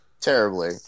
Terribly